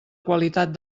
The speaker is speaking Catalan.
qualitat